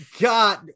God